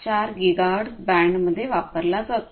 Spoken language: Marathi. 484 गिगाहर्ट्ज बँडमध्ये वापरला जातो